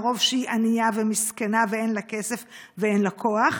מרוב שהיא ענייה ומסכנה ואין לה כסף ואין לה כוח,